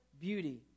beauty